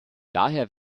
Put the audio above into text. daher